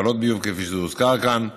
כפי שהוזכר כאן,